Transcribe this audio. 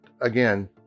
again